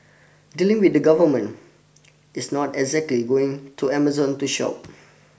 dealing with the government is not exactly going to Amazon to shop